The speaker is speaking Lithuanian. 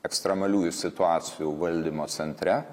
ekstremaliųjų situacijų valdymo centre